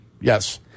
Yes